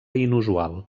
inusual